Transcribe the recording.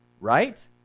right